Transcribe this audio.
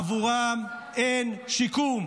עבורם אין שיקום.